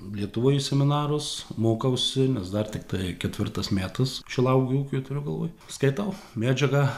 lietuvoj į seminarus mokausi mes dar tiktai ketvirtas metas šilauogių ūkiui turiu galvoj skaitau medžiagą